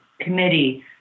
committee